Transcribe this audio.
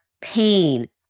pain